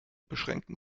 beschränken